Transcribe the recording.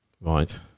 Right